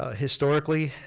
ah historically,